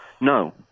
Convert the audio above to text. No